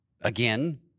Again